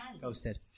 ghosted